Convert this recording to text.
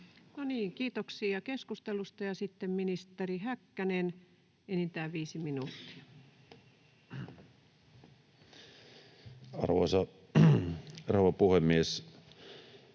kiitoksia keskustelusta. — Ja sitten ministeri Häkkänen, enintään viisi minuuttia. Arvoisa rouva puhemies!